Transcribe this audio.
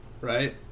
Right